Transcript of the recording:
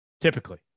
typically